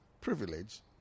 privilege